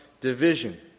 division